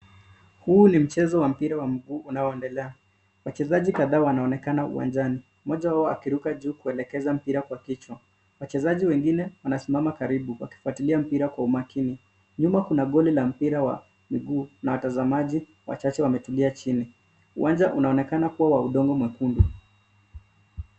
Huu ni mchezo wa mpira wa miguu unaoendelea wachezaji kadhaa wanaonekana uwanjani moja wao akiruka juu kuelekeza mpira kwa kichwa ,wachezaji wengine wanasimama karibu kwa kufuatilia mpira kwa umakini nyuma kuna goli la mpira wa miguu na watazamaji wachache wametulia chini, uwanja unaonekana kuwa wa udongo mwekundu.